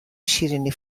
شیرینی